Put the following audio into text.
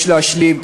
יש להשלים,